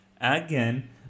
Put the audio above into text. again